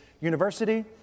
university